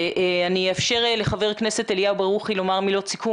אני אאפשר לחבר הכנסת אליהו ברוכי לומר מילות סיכום